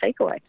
takeaway